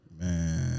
Man